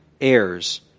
heirs